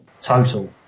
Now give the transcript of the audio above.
Total